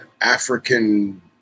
African